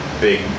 big